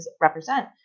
represent